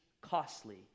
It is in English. costly